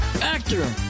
actor